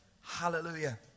Hallelujah